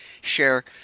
share